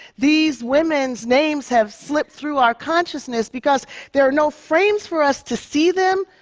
these women's names have slipped through our consciousness because there are no frames for us to see them,